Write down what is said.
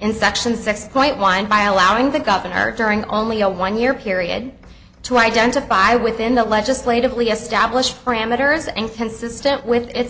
in section six point one mile out in the governor during only a one year period to identify within the legislatively established parameters and consistent with it